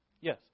Yes